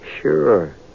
Sure